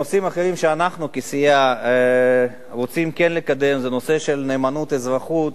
נושאים אחרים שאנחנו כסיעה רוצים לקדם הם נושאים של נאמנות-אזרחות.